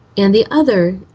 and the other,